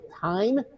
time